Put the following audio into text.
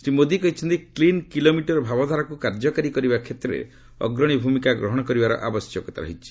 ଶ୍ରୀ ମୋଦି କହିଛନ୍ତି clean kilometre ଭାବଧାରାକୁ କାର୍ଯ୍ୟକାରୀ କରିବା କ୍ଷେତ୍ରରେ ଅଗ୍ରଣୀ ଭୂମିକା ଗ୍ରହଣ କରିବାର ଆବଶ୍ୟକତା ରହିଛି